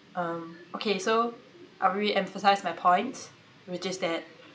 um okay I re-emphasise my point which is that